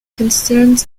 concerned